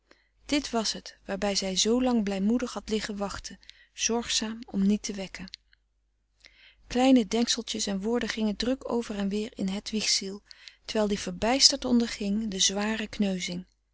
dit was het waarbij zij zoolang blijmoedig had liggen wachten zorgzaam om niet te wekken kleine denkseltjes en woorden gingen druk over en weer in hedwigs ziel terwijl die verbijsterd onderging de zware kneuzing